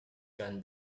can